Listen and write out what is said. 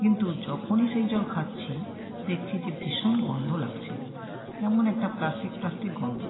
কিন্তু যখনই সেই জল খাচ্ছি দেখছি যে ভীষণ গন্ধ লাগছে কেমন একটা প্লাস্টিক প্লাস্টিক গন্ধ